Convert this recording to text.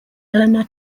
elena